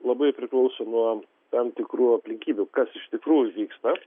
labai priklauso nuo tam tikrų aplinkybių kas iš tikrųjų vyksta